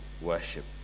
worship